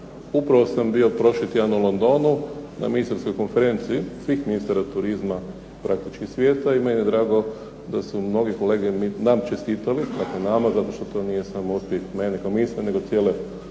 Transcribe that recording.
Upravo sam bio prošli tjedan u Londonu, na ministarskoj konferenciji svih ministara turizma praktički svijeta, i meni je drago da su mnogi kolege nam čestitali, dakle nama zato što to nije samo uspjeh mene kao ministra, nego cijele